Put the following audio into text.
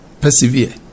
Persevere